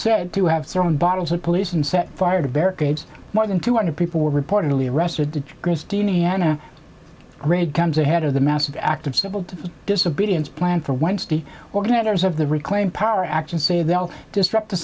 said to have some bottles of police and set fire to barricades more than two hundred people were reportedly arrested christina green comes ahead of the massive act of civil disobedience planned for wednesday organizers of the reclaim power action say they'll disrupt the